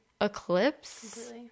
eclipse